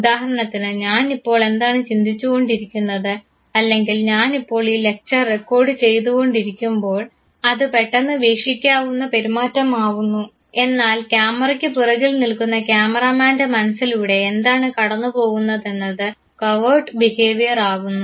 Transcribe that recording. ഉദാഹരണത്തിന് ഞാനിപ്പോൾ എന്താണ് ചിന്തിച്ചു കൊണ്ടിരിക്കുന്നത് അല്ലെങ്കിൽ ഞാനിപ്പോൾ ഈ ലക്ചർ റെക്കോർഡ് ചെയ്തുകൊണ്ടിരിക്കുമ്പോൾ അത് പെട്ടെന്ന് വീക്ഷിക്കാനാവുന്ന പെരുമാറ്റം ആവുന്നു എന്നാൽ ക്യാമറക്ക് പുറകിൽ നിൽക്കുന്ന ക്യാമറാമാൻറെ മനസ്സിലൂടെ എന്താണ് കടന്നുപോകുന്നതെന്നത് കവേർട്ട് ബിഹേവിയർ ആവുന്നു